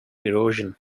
erosion